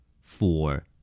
Four